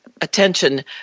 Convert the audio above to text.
attention